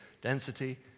density